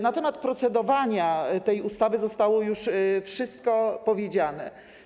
Na temat procedowania nad tą ustawą zostało już wszystko powiedziane.